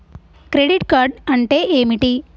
Credit card అంటే ఏమిటి?